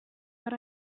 but